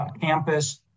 campus